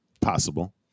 Possible